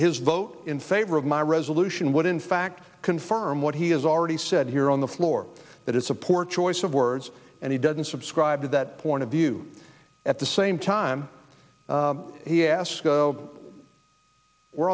his vote in favor of my resolution would in fact confirm what he has already said here on the floor that it's a poor choice of words and he doesn't subscribe to that point of view at the same time he asked we're